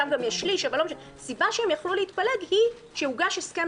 שם גם יש שליש אבל לא משנה הסיבה שהם יכלו להתפלג היא שהוגש הסכם